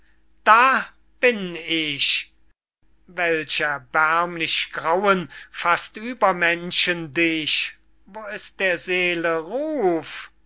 da bin ich welch erbärmlich grauen faßt uebermenschen dich wo ist der seele ruf